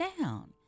down